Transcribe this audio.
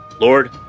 Lord